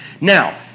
Now